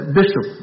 bishop